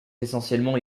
essentiellement